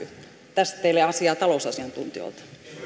tässä teille asiaa talousasiantuntijoilta